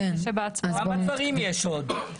כמה דברים יש עוד?